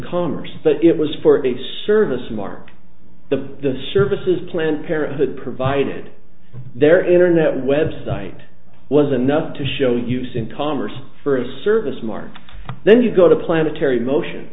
commerce but it was for a service mark the service is planned parenthood provided their internet website was enough to show use in commerce for a service mart then you go to planetary motion